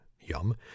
Yum